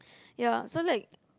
ya so like